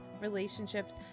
relationships